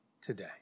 today